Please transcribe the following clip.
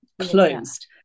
closed